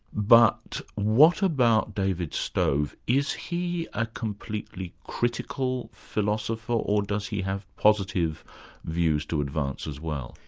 but what about david stove, is he a completely critical philosopher, or does he have positive views to advance as well?